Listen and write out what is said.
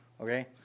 okay